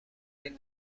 این